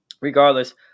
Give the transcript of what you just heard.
Regardless